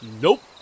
Nope